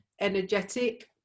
energetic